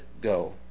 go